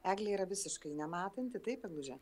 eglė yra visiškai nematanti taip egluže